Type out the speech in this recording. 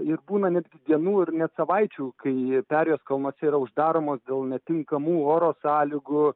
ir būna netgi dienų ir net savaičių kai perėjos kalnuose yra uždaromos dėl netinkamų oro sąlygų